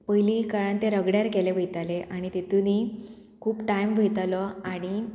पयलीं काळांत तें रगड्यार केलें वयतालें आणी तेतूनी खूब टायम वयतालो आणी